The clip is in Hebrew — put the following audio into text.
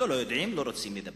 לא לא יודעים, לא רוצים לדבר.